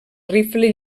rifle